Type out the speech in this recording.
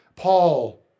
Paul